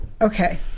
Okay